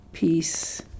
peace